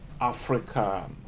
Africa